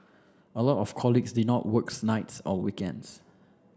a lot of colleagues did not works nights or weekends